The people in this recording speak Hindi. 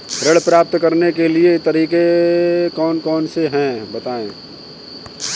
ऋण प्राप्त करने के तरीके कौन कौन से हैं बताएँ?